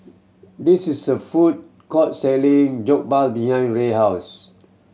this is a food court selling Jokbal behind Ray house